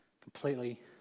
Completely